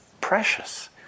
precious